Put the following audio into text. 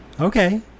Okay